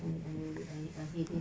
I I I hate it